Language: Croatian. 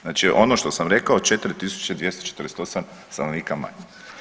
Znači ono što sam rekao 4.248 stanovnika manje.